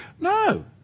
No